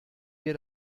wir